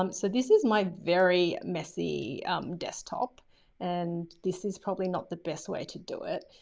um so this is my very messy desktop and this is probably not the best way to do it,